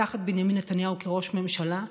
תחת בנימין נתניהו כראש ממשלה,